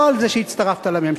לא על זה שהצטרפת לממשלה,